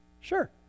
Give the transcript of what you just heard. Sure